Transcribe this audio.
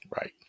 Right